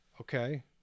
Okay